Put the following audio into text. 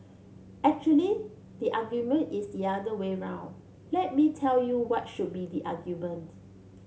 actually the argument is the other way round let me tell you what should be the argument